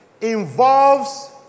involves